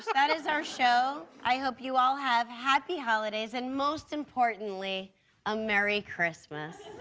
that is our show. i hope you all have happy holidays and most importantly a merry christmas.